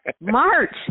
March